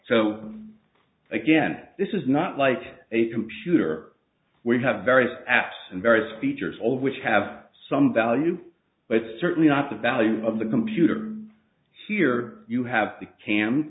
so again this is not like a computer we have various apps and various features all of which have some value but certainly not the value of the computer here you have the cam